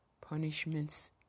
punishments